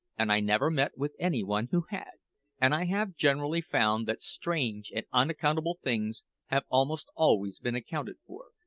and i never met with any one who had and i have generally found that strange and unaccountable things have almost always been accounted for,